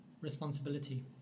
responsibility